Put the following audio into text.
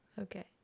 Okay